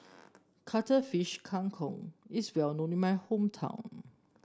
Cuttlefish Kang Kong is well known in my hometown